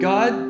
God